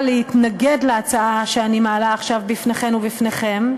להתנגד להצעה שאני מעלה עכשיו בפניכן ובפניכם,